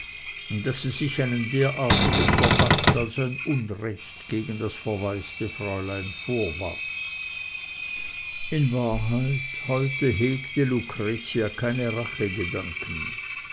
daß sie sich einen derartigen verdacht als ein unrecht gegen das verwaiste fräulein vorwarf in wahrheit heute hegte lucretia keine